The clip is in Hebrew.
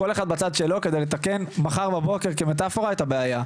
כל אחד בצד שלו על מנת לתקן מחר בבוקר כמטאפורה את הבעיה.